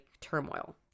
turmoil